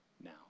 now